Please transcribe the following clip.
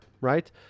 right